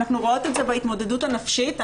אנחנו רואות את זה בהתמודדות הנפשית.